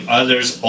other's